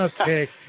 okay